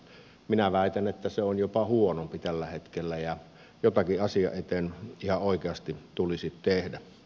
minä väitän että se on jopa huonompi tällä hetkellä ja jotakin asian eteen ihan oikeasti tulisi tehdä